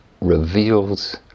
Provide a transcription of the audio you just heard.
reveals